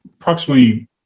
approximately